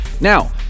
now